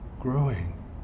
growing